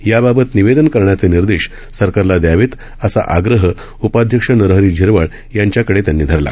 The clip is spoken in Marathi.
याबाबत निवेदन करण्याचे निर्देश सरकारला द्यावेत असा आग्रह उपाध्यक्ष नरहरी झिरवळ यांच्याकडे त्यांनी धरला